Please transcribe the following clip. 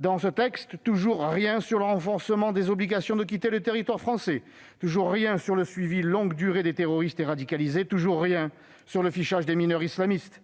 Dans ce texte, il n'y a toujours rien sur le renforcement des obligations de quitter le territoire français, toujours rien sur le suivi de longue durée des terroristes et des radicalisés et toujours rien sur le fichage des mineurs islamistes.